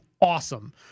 awesome